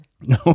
No